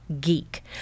geek